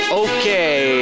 okay